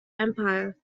empire